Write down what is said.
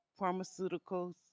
pharmaceuticals